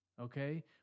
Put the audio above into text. Okay